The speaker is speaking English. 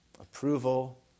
Approval